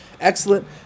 excellent